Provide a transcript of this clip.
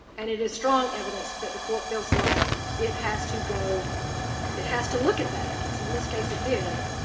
and it is strong evidence, that the court feels like it has to go it has to look at that evidence and so in this case it did